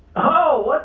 oh!